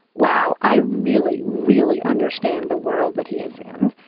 wow, i really, really understand the world that he is in.